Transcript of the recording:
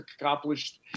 accomplished